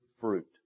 fruit